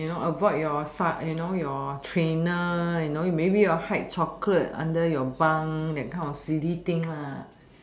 you know avoid your serg~ you know your trainer you know maybe you all hide chocolate under your bunk that kind of silly thing ah